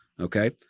Okay